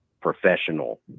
professional